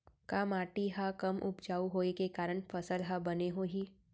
का माटी हा कम उपजाऊ होये के कारण फसल हा बने होही?